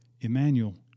Emmanuel